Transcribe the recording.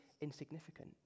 insignificant